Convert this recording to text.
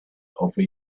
over